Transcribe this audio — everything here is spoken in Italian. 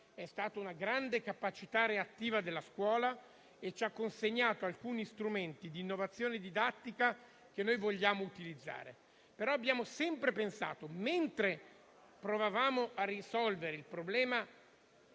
mostrato una grande capacità reattiva della scuola e ci ha consegnato alcuni strumenti di innovazione didattica che noi vogliamo continuare a utilizzare. Però, mentre provavamo a risolvere il problema